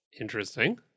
Interesting